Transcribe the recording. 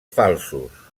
falsos